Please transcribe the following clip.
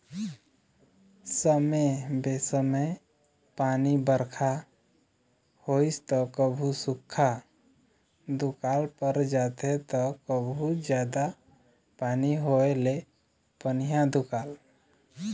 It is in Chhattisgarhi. समे बेसमय पानी बरखा होइस त कभू सुख्खा दुकाल पर जाथे त कभू जादा पानी होए ले पनिहा दुकाल